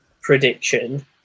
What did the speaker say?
prediction